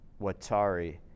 Watari